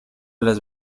las